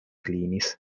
klinis